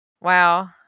Wow